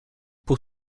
pour